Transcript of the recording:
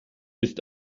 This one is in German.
ist